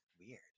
weird